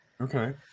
Okay